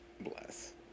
Bless